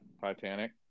Titanic